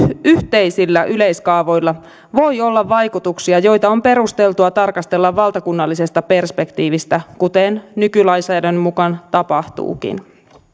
yhteisillä yleiskaavoilla voi olla vaikutuksia joita on perusteltua tarkastella valtakunnallisesta perspektiivistä kuten nykylainsäädännön mukaan tapahtuukin